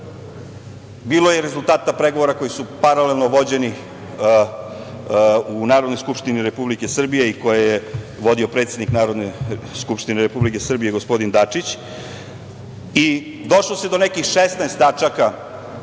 Bilo je rezultata pregovora koji su paralelno vođeni u Narodnoj skupštini Republike Srbije i koje je vodio predsednik Narodne skupštine Republike Srbije gospodin Dačić i došlo se do nekih 16 zahteva